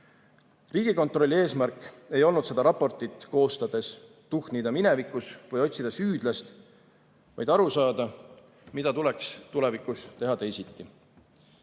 Riigikontrolli eesmärk ei olnud seda raportit koostades tuhnida minevikus või otsida süüdlast, vaid aru saada, mida tuleks tulevikus teha teisiti.